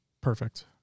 Perfect